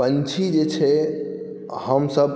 पन्छी जे छै हमसब